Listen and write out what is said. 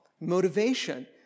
motivation